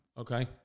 Okay